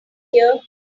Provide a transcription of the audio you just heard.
here